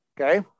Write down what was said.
Okay